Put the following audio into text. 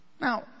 Now